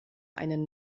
einen